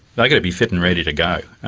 they've got to be fit and ready to go.